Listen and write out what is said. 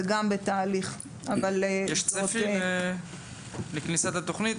יש צפי לכניסת התוכנית?